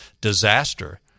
disaster